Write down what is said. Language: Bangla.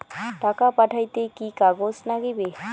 টাকা পাঠাইতে কি কাগজ নাগীবে?